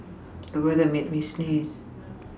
the weather made me sneeze